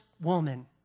woman